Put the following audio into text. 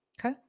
Okay